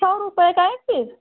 सौ रुपये का एक पीस